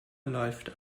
läuft